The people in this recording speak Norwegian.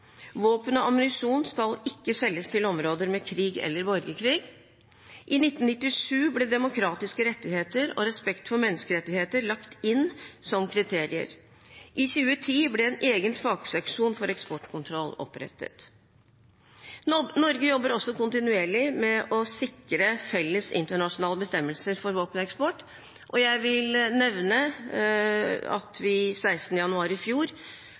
Våpen og ammunisjon skal ikke selges til områder med krig eller borgerkrig. I 1997 ble demokratiske rettigheter og respekt for menneskerettigheter lagt inn som kriterier. I 2010 ble en egen fagseksjon for eksportkontroll opprettet. Norge jobber også kontinuerlig med å sikre felles internasjonale bestemmelser for våpeneksport, og jeg vil nevne at vi 16. januar i fjor